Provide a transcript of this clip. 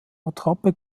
attrappe